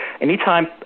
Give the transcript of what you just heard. anytime